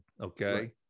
okay